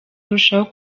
arushaho